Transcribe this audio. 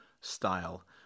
style